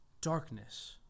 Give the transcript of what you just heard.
darkness